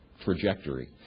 trajectory